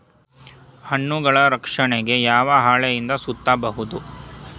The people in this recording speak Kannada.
ಹಣ್ಣುಗಳ ರಕ್ಷಣೆಗೆ ಯಾವ ಹಾಳೆಯಿಂದ ಸುತ್ತಬಹುದು?